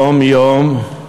יום-יום.